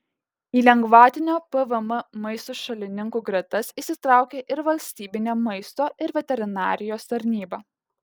į lengvatinio pvm maistui šalininkų gretas įsitraukė ir valstybinė maisto ir veterinarijos tarnyba